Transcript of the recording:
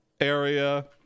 area